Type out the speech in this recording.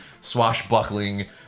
swashbuckling